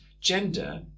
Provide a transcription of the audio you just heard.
gender